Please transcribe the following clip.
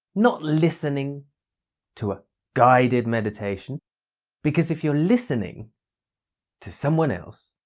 not listening to a guided meditation because if you're listening to someone else